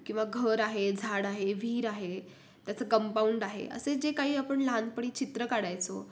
किंवा घर आहे झाड आहे व्हीर आहे त्याचं कंपाऊंड आहे असे जे काही आपण लहानपणी चित्र काढायचो